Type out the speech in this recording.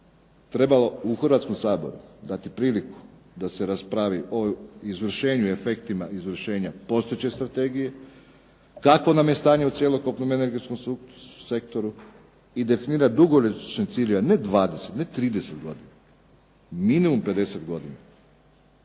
trebalo u Hrvatskom saboru dati priliku da se raspravi o izvršenju i efektima izvršenja postojeće strategije, kakvo nam je stanje u cjelokupnom energetskom sektoru i definirati dugoročno ciljeve, ne 20, ne 30 godina, minimum 50 godina,